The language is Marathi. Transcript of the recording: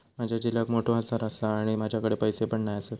माझ्या झिलाक मोठो आजार आसा आणि माझ्याकडे पैसे पण नाय आसत